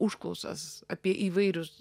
užklausas apie įvairius